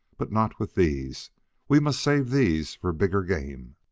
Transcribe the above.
but not with these we must save these for bigger game.